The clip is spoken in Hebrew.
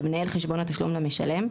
למנהל חשבון התשלום למשלם,